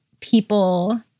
people